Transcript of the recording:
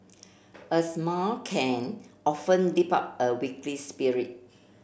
a smile can often lift up a spirit